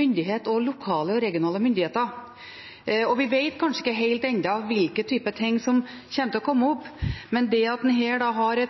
myndigheter og lokale og regionale myndigheter. Vi vet kanskje ikke helt ennå hvilken type ting som kommer til å komme